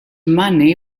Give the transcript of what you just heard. money